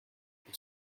pour